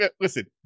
listen